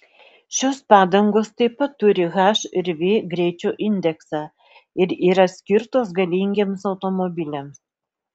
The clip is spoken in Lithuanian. šios padangos taip pat turi h ir v greičio indeksą ir yra skirtos galingiems automobiliams